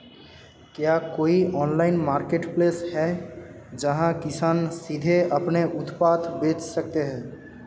क्या कोई online marketplace है जहां किसान सीधे अपने उत्पाद बेच सकते हैं?